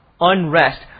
unrest